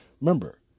Remember